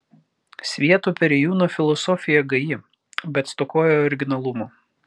svieto perėjūno filosofija gaji bet stokoja originalumo